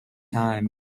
time